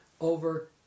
over